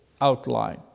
outline